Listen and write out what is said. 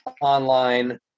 online